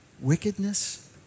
wickedness